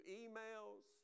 emails